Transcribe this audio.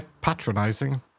patronizing